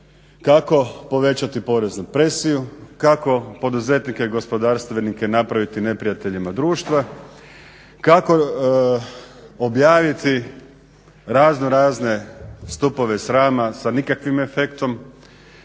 kako povećati poreznu presiju, kako poduzetnike i gospodarstvenike napraviti neprijateljima društva, kako objaviti razno razne stupove srama sa nikakvim efektom